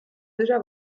déjà